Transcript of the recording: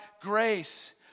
grace